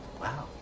Wow